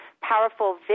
powerful